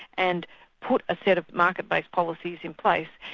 and put a set of market-based policies in place,